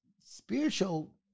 spiritual